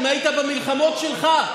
אם היית במלחמות שלך,